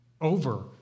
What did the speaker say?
over